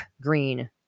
green